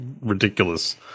ridiculous